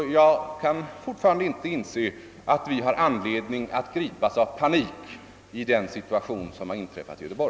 Jag kan fortfarande inte inse att vi har anledning att gripas av panik inför den situation som uppstått i Göteborg.